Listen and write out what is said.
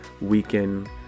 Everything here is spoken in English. weekend